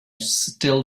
still